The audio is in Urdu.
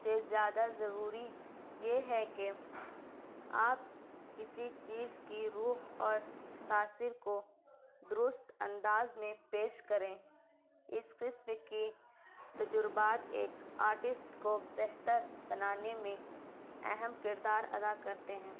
سے زیادہ ضروری یہ ہے کہ آپ کسی چیز کی روح اور تاثیر کو درست انداز میں پیش کریں اس قسم کی تجربات ایک آرٹسٹ کو بہتر بنانے میں اہم کردار ادا کرتے ہیں